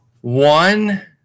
one